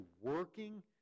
working